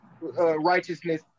righteousness